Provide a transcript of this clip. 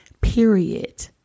period